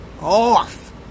off